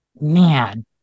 man